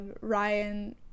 ryan